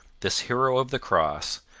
this hero of the cross,